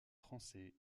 français